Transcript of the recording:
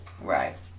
Right